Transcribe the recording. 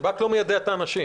השב"כ לא מיידע את האנשים.